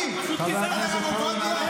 חבר הכנסת פורר.